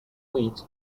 which